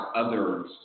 others